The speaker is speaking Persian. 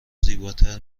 زیباتر